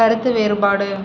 கருத்து வேறுபாடு